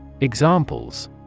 Examples